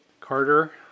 Carter